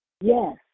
Yes